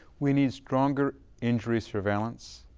we need stronger injury surveillance,